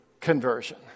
conversion